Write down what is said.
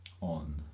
on